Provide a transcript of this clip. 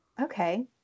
Okay